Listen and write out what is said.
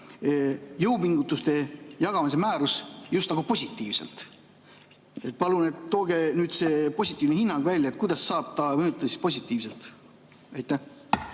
jõupingutuste jagamise määrus just nagu positiivselt. Palun tooge nüüd see positiivne hinnang välja, et kuidas saab ta mõjutada positiivselt. Aitäh!